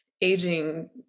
aging